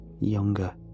younger